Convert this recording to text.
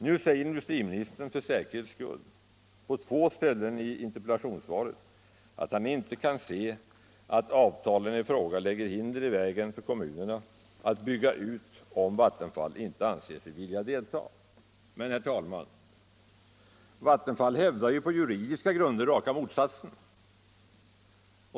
Nu säger industriministern för säkerhets skull på två ställen i sitt svar att han inte kan tänka sig att avtalet i fråga lägger hinder i vägen för kommunerna att bygga ut, om Vattenfall inte anser sig vilja delta. Men, herr talman, Vattenfall hävdar på juridiska grunder raka motsatsen.